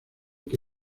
que